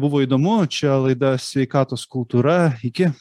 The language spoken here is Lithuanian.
buvo įdomu čia laida sveikatos kultūra iki